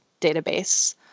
database